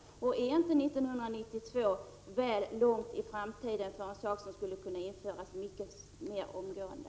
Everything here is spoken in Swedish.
Är inte 1992 väl långt i framtiden för en sak som skulle kunna införas mer omgående?